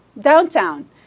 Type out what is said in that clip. downtown